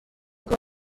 کار